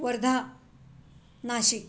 Wardha Nashik